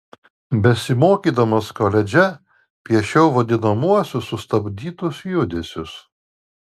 besimokydamas koledže piešiau vadinamuosius sustabdytus judesius